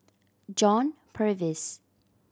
John Purvis